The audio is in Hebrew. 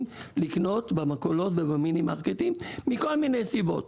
לקנות במכולות ובמינימרקטים מכל מיני סיבות.